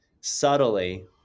subtly